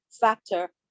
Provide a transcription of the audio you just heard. Factor